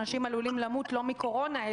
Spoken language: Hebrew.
אנשים עלולים למות לא מקורונה,